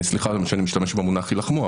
סליחה שאני משתמש במונח "יילחמו",